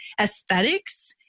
aesthetics